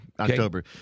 October